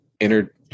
entered